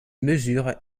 mesure